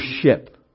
ship